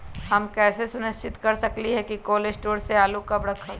हम कैसे सुनिश्चित कर सकली ह कि कोल शटोर से आलू कब रखब?